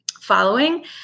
following